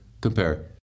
compare